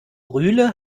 rühle